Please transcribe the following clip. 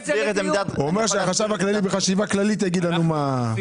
הוא אומר שהחשב הכללי בחשיבה כללית יגיד לנו מה.